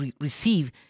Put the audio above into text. receive